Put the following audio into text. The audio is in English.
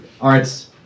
arts